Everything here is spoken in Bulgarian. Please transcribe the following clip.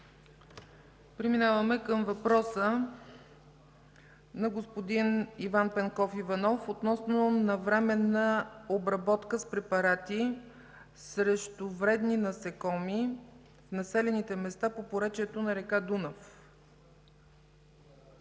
Преминаваме към въпроса на господин Иван Иванов относно навременна обработка с препарати срещу вредни насекоми в населените места по поречието на река Дунав.